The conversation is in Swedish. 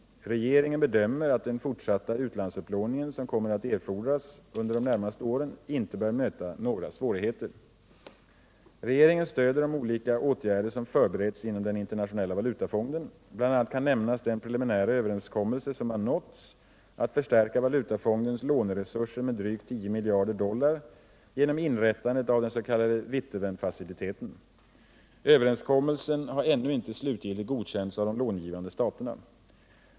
Regeringen bedömer att den fortsatta utlandsupplåning som kommer att erfordras under de närmaste åren inte bör möta några svårigheter. Regeringen stöder de olika åtgärder som förbereds inom den internationella valutafonden. Bl. a. kan nämnas den preliminära överenskommelse som har nåtts att förstärka valutafondens låneresurser med drygt 10 miljarder dollar genom inrättandet av den s.k. Witteveenfaciliteten. Överenskommelsen har ännu inte slutgiltigt godkänts av de långivande staterna.